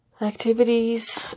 Activities